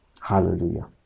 Hallelujah